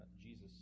Jesus